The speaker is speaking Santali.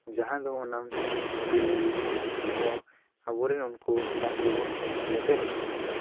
ᱡᱟᱦᱟᱸ ᱫᱚ ᱚᱱᱟ ᱵᱤᱞᱤ ᱵᱚ ᱟᱵᱚᱨᱮᱱ ᱩᱱᱠᱩ ᱰᱟᱹᱝᱨᱤᱵᱚᱱ ᱞᱮᱵᱮᱫ ᱦᱚᱪᱚ ᱠᱚᱣᱟ